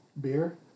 Beer